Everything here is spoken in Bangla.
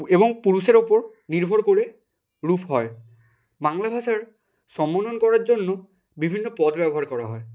এবং পুরুষের ওপর নির্ভর করে রূপ হয় বাংলা ভাষার সম্বোধন করার জন্য বিভিন্ন পদ ব্যবহার করা হয়